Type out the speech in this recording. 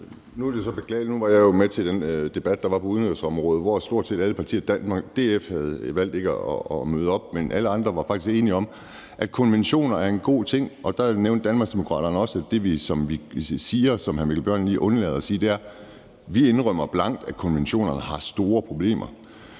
Edberg Andersen (DD): Nu var jeg jo med til den debat, der var på udlændigeområdet, hvor stort set alle partier var der. DF havde valgt ikke at møde op, men alle andre var faktisk enige om, at konventioner er en god ting. Og der nævnte Danmarksdemokraterne også, at vi – som hr. Mikkel Bjørn lige undlader at sige – blankt indrømmer, at konventionerne har store problemer.